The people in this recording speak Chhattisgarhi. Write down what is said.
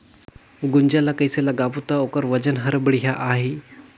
गुनजा ला कइसे लगाबो ता ओकर वजन हर बेडिया आही?